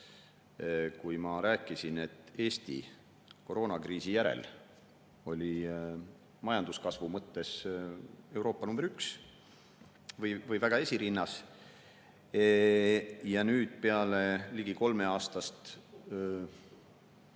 kui ma rääkisin, et Eesti oli koroonakriisi järel majanduskasvu mõttes Euroopas number üks või esirinnas ja nüüd peale ligi kolmeaastast